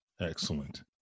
Excellent